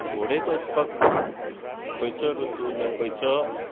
भोंवडेक वचपाक खंयचो ऋतु ना खंयचो